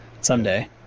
someday